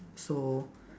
so